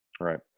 Right